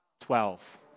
Twelve